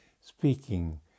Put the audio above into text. speaking